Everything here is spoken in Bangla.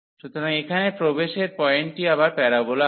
সুতরাং এখানে প্রবেশের পয়েন্টটি আবার প্যারবোলা হয়